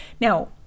now